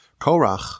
Korach